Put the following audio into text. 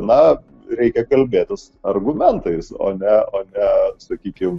na reikia kalbėtis argumentais o ne o ne sakykim